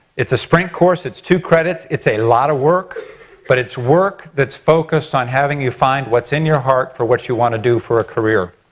it's a sprint course it's two credits, it's a lot of work but it's work that's focused on having you find what's in your heart for what you want to do for a career.